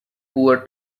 poor